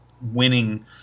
winning